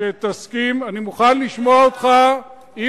יש לך ספרות מקצועית טובה כדי להיעזר בה.